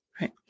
Right